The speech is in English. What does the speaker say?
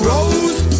Rose